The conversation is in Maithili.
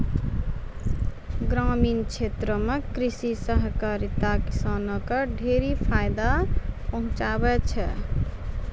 ग्रामीण क्षेत्रो म कृषि सहकारिता किसानो क ढेरी फायदा पहुंचाबै छै